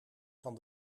van